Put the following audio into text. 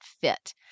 fit